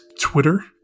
Twitter